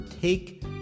take